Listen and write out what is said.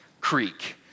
creek